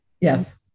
Yes